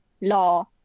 law